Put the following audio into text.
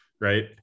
right